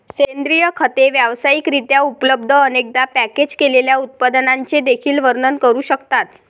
सेंद्रिय खते व्यावसायिक रित्या उपलब्ध, अनेकदा पॅकेज केलेल्या उत्पादनांचे देखील वर्णन करू शकतात